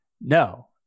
No